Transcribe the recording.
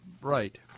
right